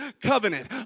covenant